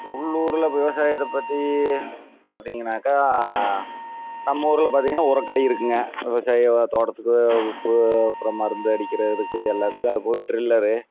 உள்ளூரில் விவசாயத்தை பற்றி பார்த்திங்கனாக்கா நம்ம ஊரில் பார்த்திங்கனா உரக்கடை இருக்குதுங்க விவசாயம் தோட்டத்துக்கு உப்பு அப்புறம் மருந்து அடிக்கிற இதுக்கு எல்லாத்துக்கு அது போக ட்ரில்லரு